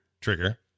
trigger